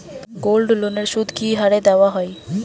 গোল্ডলোনের সুদ কি হারে দেওয়া হয়?